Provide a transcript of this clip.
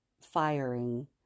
firing